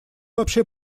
вообще